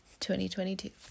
2022